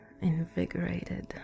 invigorated